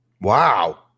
wow